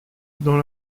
dans